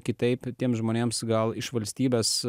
kitaip tiems žmonėms gal iš valstybės